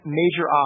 major